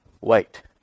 wait